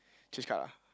change card ah